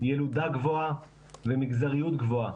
ילודה גבוהה ומגזריות גבוהה.